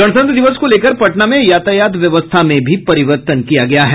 गणतंत्र दिवस को लेकर पटना में यातायात व्यवस्था में भी परिवर्तन किया गया है